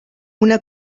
una